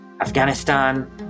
Afghanistan